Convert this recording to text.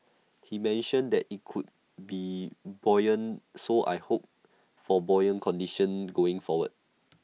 he mentioned that IT could be buoyant so I hope for buoyant conditions going forward